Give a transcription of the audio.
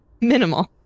Minimal